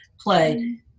play